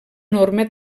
norma